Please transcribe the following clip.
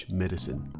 medicine